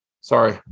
Sorry